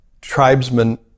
tribesmen